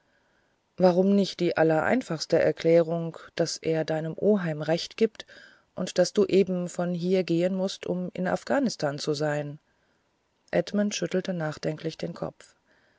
warum nicht die allereinfachste erklärung daß er deinem oheim recht gibt und daß du eben von hier gehen mußt um in afghanistan zu sein edmund schüttelte nachdenklich den kopf